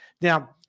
now